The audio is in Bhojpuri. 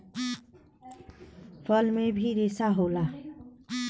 फल में भी रेसा होला